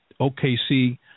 OKC